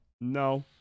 No